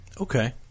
Okay